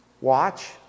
Watch